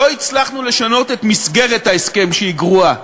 לא הצלחנו לשנות את מסגרת ההסכם, שהיא גרועה,